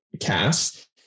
cast